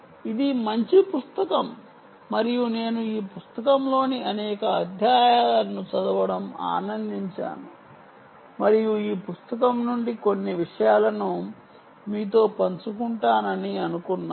ఇది మంచి పుస్తకం మరియు నేను ఈ పుస్తకంలోని అనేక అధ్యాయాలను చదవడం ఆనందించాను మరియు ఈ పుస్తకం నుండి కొన్ని విషయాలను మీతో పంచుకుంటానని అనుకున్నాను